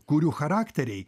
kurių charakteriai